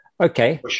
Okay